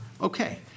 Okay